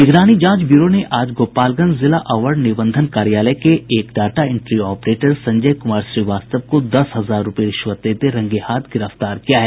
निगरानी जांच ब्यूरो ने आज गोपालगंज जिला अवर निबंधन कार्यालय के एक data entry operator Sanjay Kumar Shrivastava को दस हजार रुपये रिश्वत लेते हुये रंगेहाथ गिरफ्तार किया है